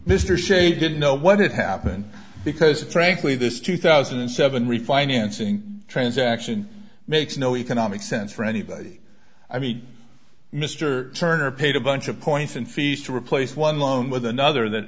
sze didn't know what it happened because frankly this two thousand and seven refinancing transaction makes no economic sense for anybody i mean mr turner paid a bunch of points in fees to replace one loan with another that